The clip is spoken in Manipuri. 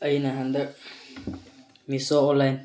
ꯑꯩꯅ ꯍꯟꯗꯛ ꯃꯤꯁꯣ ꯑꯣꯟꯂꯥꯏꯟ